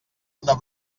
una